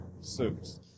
suits